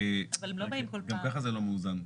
כי גם ככה זה לא מאוזן.